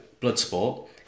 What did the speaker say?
Bloodsport